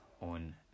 on